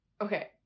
okay